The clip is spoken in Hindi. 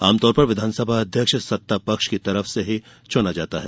आमतौर पर विधानसभा अध्यक्ष सत्ता पक्ष की ओर से ही चुना जाता है